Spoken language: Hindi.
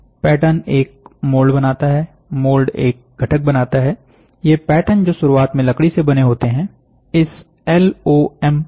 पैटर्न एक मोल्ड बनाता है मोल्ड एक घटक बनाता हैं ये पैटर्न जो शुरुआत में लकड़ी से बने होते हैं इस एलओएम प्रक्रिया से ही बने होते हैं